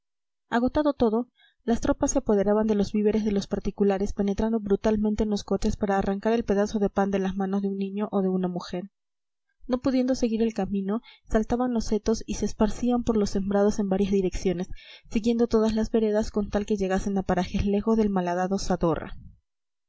agotado todo las tropas se apoderaban de los víveres de los particulares penetrando brutalmente en los coches para arrancar el pedazo de pan de las manos de un niño o de una mujer no pudiendo seguir el camino saltaban los setos y se esparcían por los sembrados en varias direcciones siguiendo todas las veredas con tal que llegasen a parajes lejos del malhadado zadorra